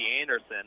Anderson